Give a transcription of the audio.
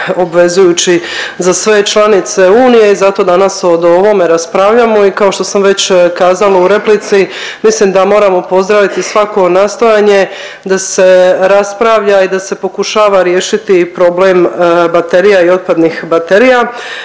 obvezuju za sve članice Unije i zato danas o ovome raspravljamo i kao što sam već kazala u replici, mislim da moramo pozdraviti svako nastojanje da se raspravlja i da se pokušava riješiti problem baterija i otpadnih baterija